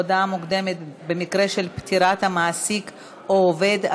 הודעה מוקדמת במקרה של פטירת המעסיק או העובד),